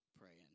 praying